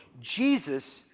Jesus